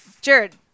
Jared